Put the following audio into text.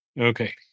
Okay